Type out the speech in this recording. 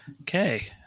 Okay